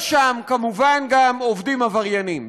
יש שם כמובן גם עובדים עבריינים,